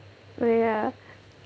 oh ya